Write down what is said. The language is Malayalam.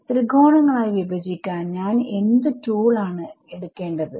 ത്രികോണങ്ങളായി വിഭജിക്കാൻ ഞാൻ എന്ത് ടൂൾ ആണ് ഉപയോഗിക്കേണ്ടത്